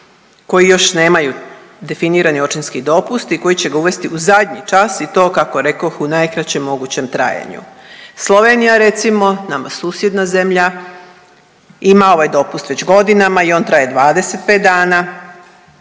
koji još nemaju definirani očinski dopust i koji će ga uvesti u zadnji čas i to kako rekoh u najkraćem mogućem trajanju. Slovenija recimo nama susjedna zemlja ima ovaj dopust već godinama i on traje 25 dana,